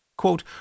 Quote